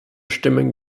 stimmen